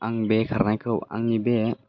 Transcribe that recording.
आं बे खारनायखौ आंनि बे